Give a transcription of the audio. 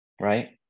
right